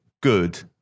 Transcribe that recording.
good